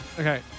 Okay